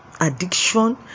addiction